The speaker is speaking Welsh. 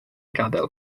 gadael